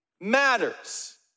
matters